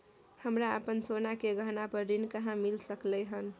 हमरा अपन सोना के गहना पर ऋण कहाॅं मिल सकलय हन?